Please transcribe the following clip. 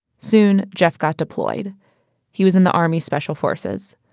soon, jeff got deployed he was in the army special forces.